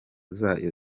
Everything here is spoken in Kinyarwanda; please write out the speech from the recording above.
zayo